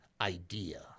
idea